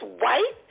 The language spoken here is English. white